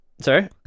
Sorry